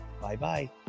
Bye-bye